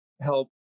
help